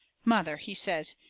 mother, he says,